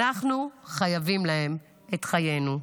אנחנו חייבים להם את חיינו.